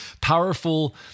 powerful